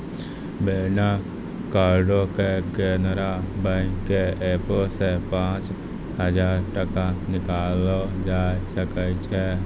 बिना कार्डो के केनरा बैंक के एपो से पांच हजार टका निकाललो जाय सकै छै